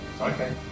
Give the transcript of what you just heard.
Okay